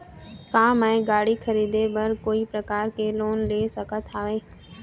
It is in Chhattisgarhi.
का मैं गाड़ी खरीदे बर कोई प्रकार के लोन ले सकत हावे?